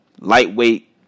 lightweight